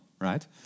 right